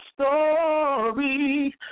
story